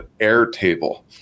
Airtable